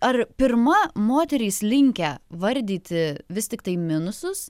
ar pirma moterys linkę vardyti vis tiktai minusus